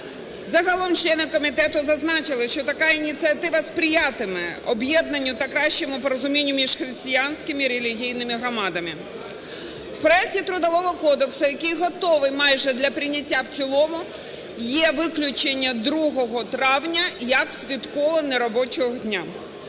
Загалом члени комітету зазначили, що така ініціатива сприятиме об'єднанню та кращому порозумінню між християнськими релігійними громадами. У проекті Трудового кодексу, який готовий майже для прийняття в цілому, є виключення 2 травня як святкового неробочого дня.